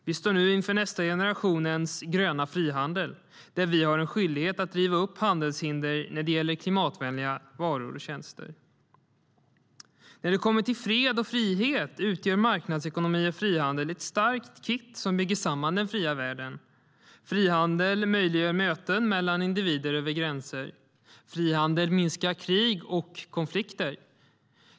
Vi står nu inför nästa generations gröna frihandel, där vi har en skyldighet att riva upp handelshinder när det gäller klimatvänliga varor och tjänster. När det kommer till fred och frihet utgör marknadsekonomi och frihandel ett starkt kitt som bygger samman den fria världen. Frihandel möjliggör möten mellan individer över gränser. Frihandel minskar krig och konflikter.